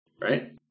right